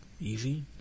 Easy